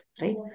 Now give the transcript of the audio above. right